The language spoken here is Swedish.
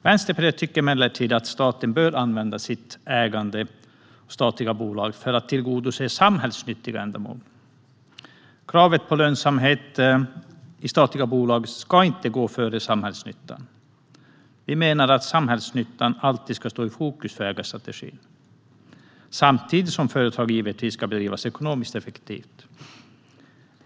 Vänsterpartiet tycker emellertid att staten bör använda sitt ägande av statliga bolag för att tillgodose samhällsnyttiga ändamål. Kravet på lönsamhet i statliga bolag ska inte gå före samhällsnyttan. Vi menar att samhällsnyttan alltid ska stå i fokus för ägarstrategin, samtidigt som företagen givetvis ska bedrivas ekonomiskt effektivt.